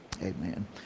amen